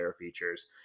features